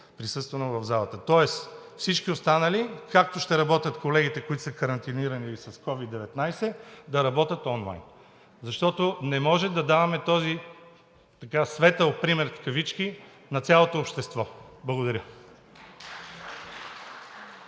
присъствено в залата. Тоест всички останали, както ще работят колегите, които са карантинирани или с СOVID-19, да работят онлайн. Защото не може да даваме този светъл пример в кавички на цялото общество. Благодаря.